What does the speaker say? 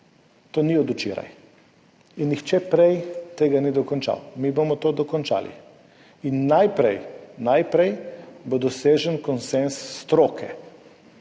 To ni od včeraj in nihče prej tega ni dokončal. Mi bomo to dokončali. In najprej bo dosežen konsenz stroke,